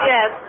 Yes